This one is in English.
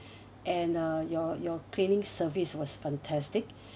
and uh your your cleaning service was fantastic